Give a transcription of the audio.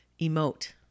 emote